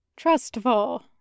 Trustful